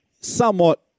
somewhat